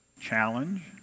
challenge